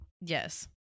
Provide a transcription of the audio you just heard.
yes